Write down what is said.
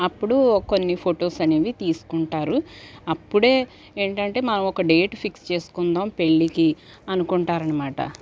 అప్పుడు కొన్ని ఫొటోస్ అనేవి తీసుకుంటారు అప్పుడే ఏంటంటే మనం ఒక డేట్ ఫిక్స్ చేసుకుందాం పెళ్లికి అనుకుంటారనమాట